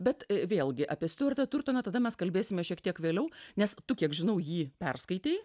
bet vėlgi apie stiuartą tiurtoną tada mes kalbėsime šiek tiek vėliau nes tu kiek žinau jį perskaitei